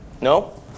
No